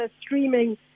streaming